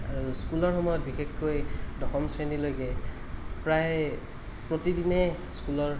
আৰু স্কুলৰ সময়ত বিশেষকৈ দশম শ্ৰেণীলৈকে প্ৰায় প্ৰতিদিনে স্কুলৰ